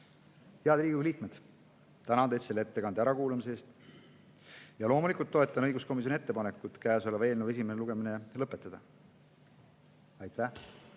Head Riigikogu liikmed! Tänan teid selle ettekande ärakuulamise eest ja loomulikult toetan õiguskomisjoni ettepanekut käesoleva eelnõu esimene lugemine lõpetada. Aitäh!